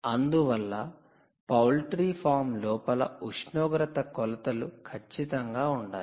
అందువల్ల poultry farm లోపల ఉష్ణోగ్రత కొలతలు ఖచ్చితంగా ఉండాలి